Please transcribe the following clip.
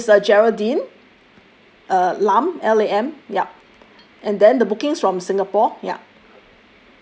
yup is a geraldine uh lam L A M yup and then the bookings from singapore ya